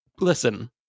listen